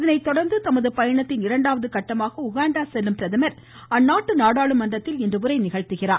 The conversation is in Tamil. இதனைத்தொடர்ந்து தமது பயணத்தின் இரண்டாவது கட்டமாக உகாண்டா செல்லும் பிரதமர் அந்நாட்டு நாடாளுமன்றத்தில் இன்று உரை நிகழ்த்துகிறார்